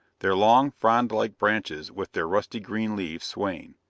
their long, frond-like branches with their rusty green leaves swaying.